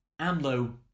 AMLO